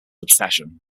obsession